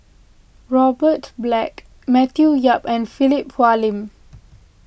Robert Black Matthew Yap and Philip Hoalim